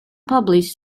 published